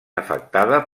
afectada